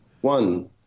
one